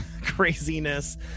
craziness